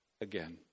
again